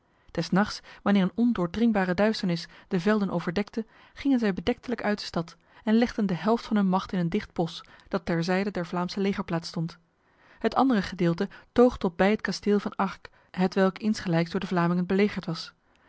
des nachts wanneer een ondoordringbare duisternis de velden overdekte gingen zij bedektelijk uit de stad en legden de helft van hun macht in een dicht bos dat ter zijde der vlaamse legerplaats stond het andere gedeelte toog tot bij het kasteel van arcques hetwelk insgelijks door de vlamingen belegerd was